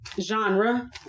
genre